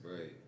Right